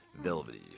velvety